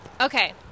Okay